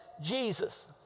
Jesus